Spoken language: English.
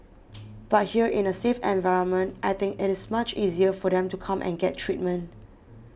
but here in a safe environment I think it is much easier for them to come and get treatment